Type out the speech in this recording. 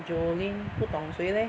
Jolene 不懂谁 leh